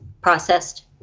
processed